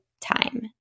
time